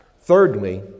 Thirdly